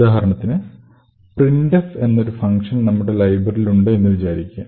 ഉദാഹരണത്തിന് printf എന്നൊരു function നമ്മുടെ ലൈബ്രറിയിൽ ഉണ്ട് എന്ന് വിചാരിക്കുക